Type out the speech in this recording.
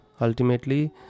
ultimately